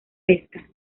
pesca